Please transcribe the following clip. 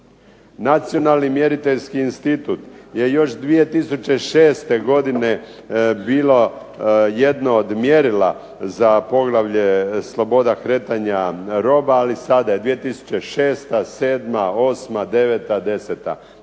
Nacionalni mjeriteljski institut je još 2006. godine bilo jedno od mjerila za poglavlje Sloboda kretanja roba. Ali sada je prošla 2006., sedma,